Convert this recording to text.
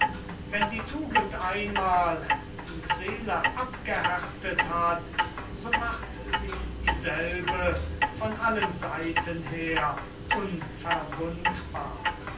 wenn die tugend einmal die seele abgehärtet hat so macht sie dieselbe von allen seiten her unverwundbar